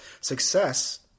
Success